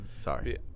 Sorry